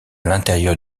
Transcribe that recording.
l’intérieur